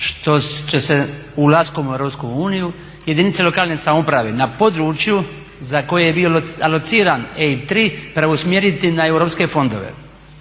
što će se ulaskom u EU jedinice lokalne samouprave na području za koje je bio alociran EIB 3 preusmjeriti na europske fondove.